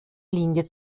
linie